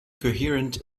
coherent